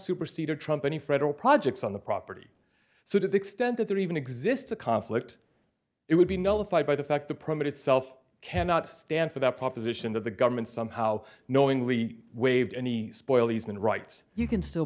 supersede or trump any federal projects on the property so to the extent that there even exists a conflict it would be nullified by the fact the permit itself cannot stand for that proposition that the government somehow knowingly waived any spoiled easement rights you can still